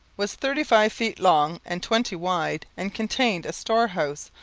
was thirty-five feet long and twenty wide and contained a storehouse,